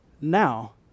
now